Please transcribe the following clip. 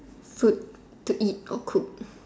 fruit to eat or cook